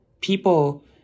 people